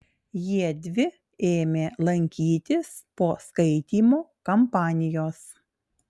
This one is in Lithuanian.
jiedvi ėmė lankytis po skaitymo kampanijos